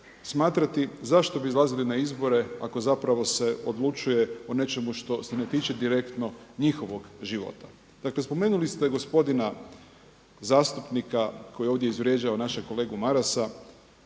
smatrati zašto bi izlazili na izbore ako zapravo se odlučuje o nečemu što se ne tiče direktno njihovog života. Dakle, spomenuli ste gospodina zastupnika koji je ovdje izvrijeđao našeg kolegu Marasa